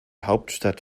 hauptstadt